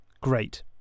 Great